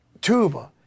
tuba